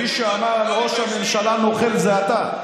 מי שאמר על ראש המשלה נוכל זה אתה,